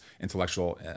intellectual